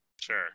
Sure